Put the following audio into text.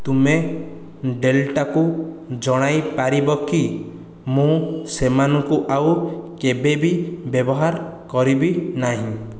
ତୁମେ ଡେଲ୍ଟାକୁ ଜଣାଇପାରିବ କି ମୁଁ ସେମାନଙ୍କୁ ଆଉ କେବେ ବି ବ୍ୟବହାର କରିବି ନାହିଁ